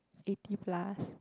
eighty plus